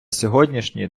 сьогоднішній